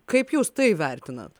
kaip jūs tai vertinat